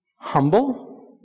humble